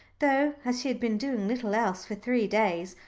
though, as she had been doing little else for three days,